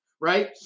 Right